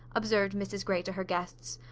observed mrs grey to her guests.